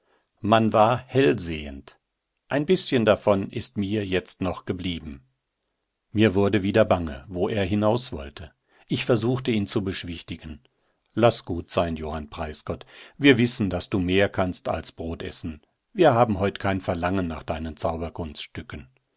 man war hellsehend ein bißchen davon ist mir jetzt noch geblieben mir wurde wieder bange wo er hinauswollte ich versuchte ihn zu beschwichtigen laß gut sein johann preisgott wir wissen daß du mehr kannst als brot essen wir haben heut kein verlangen nach deinen